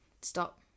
stop